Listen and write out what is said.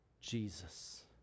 Jesus